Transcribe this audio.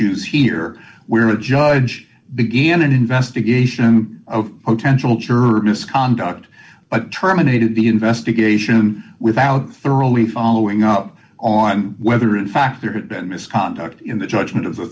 jews here where the judge began an investigation of potential church misconduct but terminated the investigation without thoroughly following up on whether in fact or misconduct in the judgment of